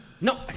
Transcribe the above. No